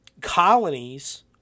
colonies